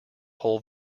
whole